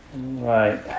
Right